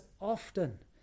often